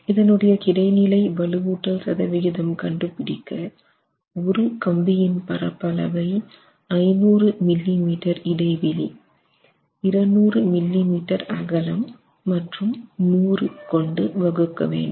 இதனுடைய கிடைநிலை வலுவூட்டல் சதவிகிதம் கண்டுபிடிக்க ஒரு கம்பியின் பரப்பளவை 500 மில்லிமீட்டர் இடைவெளி 200 மில்லிமீட்டர் அகலம் மற்றும் 100 கொண்டு வகுக்க வேண்டும்